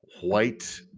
white